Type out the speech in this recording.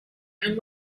and